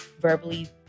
verbally